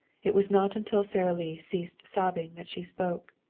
it was not until sara lee ceased sobbing that she spoke